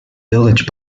village